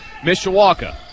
Mishawaka